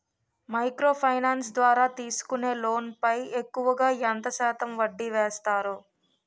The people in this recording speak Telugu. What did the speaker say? మైక్రో ఫైనాన్స్ ద్వారా తీసుకునే లోన్ పై ఎక్కువుగా ఎంత శాతం వడ్డీ వేస్తారు?